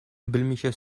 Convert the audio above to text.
белмичә